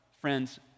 Friends